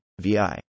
VI